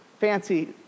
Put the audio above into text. fancy